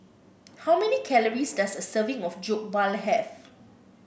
how many calories does a serving of Jokbal have